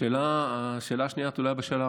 השאלה השנייה תלויה בשאלה הראשונה,